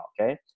okay